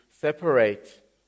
separate